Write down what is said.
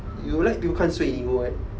you like people right